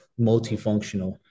multifunctional